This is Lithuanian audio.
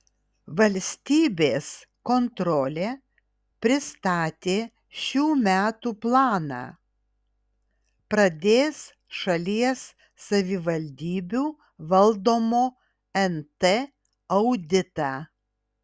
valstybės kontrolė pristatė šių metų planą pradės šalies savivaldybių valdomo nt auditą